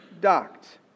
docked